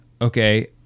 Okay